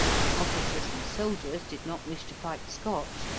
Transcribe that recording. the officers and soldiers did not wish to fight the scotch,